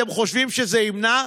אתם חושבים שזה ימנע?